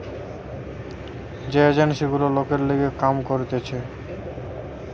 যে এজেন্সি গুলা লোকের লিগে কাম করতিছে